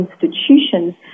institutions